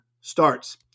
starts